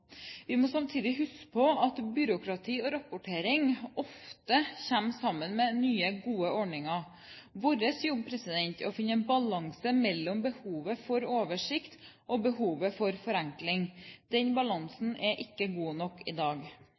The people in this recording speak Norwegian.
Vi må samtidig huske på at byråkrati og rapportering ofte kommer sammen med nye, gode ordninger. Vår jobb er å finne en balanse mellom behovet for oversikt og behovet for forenkling. Den balansen er ikke god nok i dag.